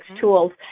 tools